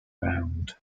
round